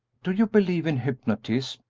do you believe in hypnotism?